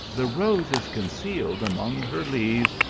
the rose is concealed among her leaves,